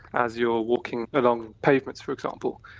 as you're walking along pavements, for example.